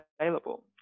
available